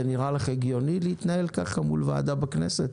זה נראה לך הגיוני להתנהל כך מול ועדה בכנסת?